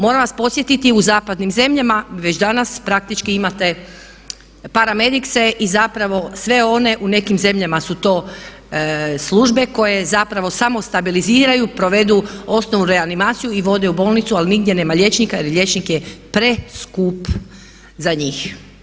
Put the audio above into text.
Moram vas podsjetiti u zapadnim zemljama već danas praktički imate paramedikse i zapravo sve one u nekim zemljama su te službe koje zapravo samo stabiliziraju, provedu osnovnu reanimaciju i vode u bolnicu ali nigdje nema liječnika jer liječnik je preskup za njih.